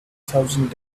thousand